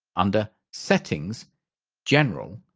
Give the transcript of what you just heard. under settings general,